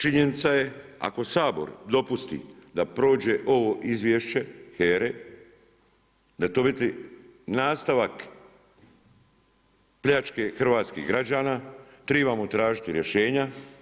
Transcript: Činjenica je ako Sabor dopusti da prođe ovo izvješće HERA-e da je to nastavak pljačke hrvatskih građana, tribamo tražiti rješenja.